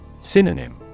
Synonym